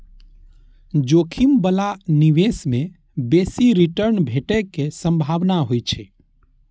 जोखिम बला निवेश मे बेसी रिटर्न भेटै के संभावना होइ छै